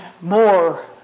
more